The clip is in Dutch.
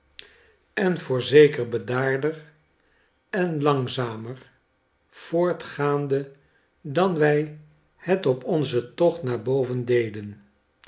en voorzeker bedaarder en langzamer voortgaande dan wij het op onzen tocht naar boven deden